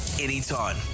anytime